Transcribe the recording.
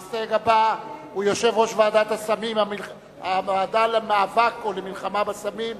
המסתייג הבא הוא יושב-ראש הוועדה למאבק ולמלחמה בסמים,